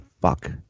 fuck